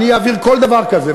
אני אעביר כל דבר כזה,